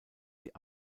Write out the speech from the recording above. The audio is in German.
sie